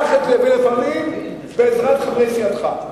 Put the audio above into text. לפעמים בעזרת חברי סיעתך.